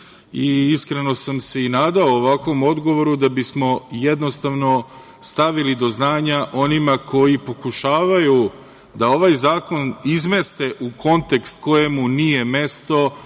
iskreno sam se i nadao ovakvom odgovoru, da bismo jednostavno stavili do znanja onima koji pokušavaju da ovaj zakon izmeste u kontekst kojemu nije mesto.